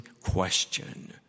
question